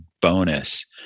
bonus